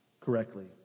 correctly